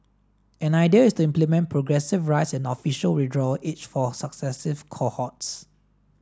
an idea is to implement progressive rise in official withdrawal age for successive cohorts